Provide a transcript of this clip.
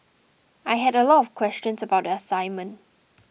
I had a lot of questions about the assignment